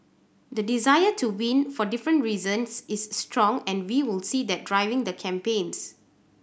the desire to win for different reasons is strong and we will see that driving the campaigns